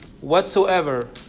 whatsoever